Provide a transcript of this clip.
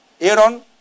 Aaron